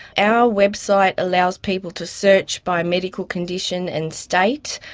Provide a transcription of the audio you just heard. our website allows people to search by medical condition and state.